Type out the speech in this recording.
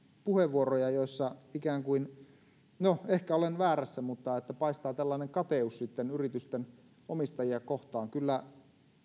puheenvuoroja joissa ikään kuin no ehkä olen väärässä mutta paistaa tällainen kateus sitten yritysten omistajia kohtaan kyllä